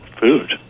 food